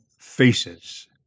faces